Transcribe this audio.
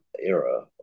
era